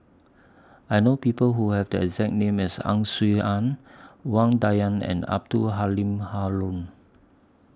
I know People Who Have The exact name as Ang Swee Aun Wang Dayuan and Abdul Halim Haron